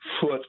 foot